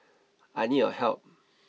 I need your help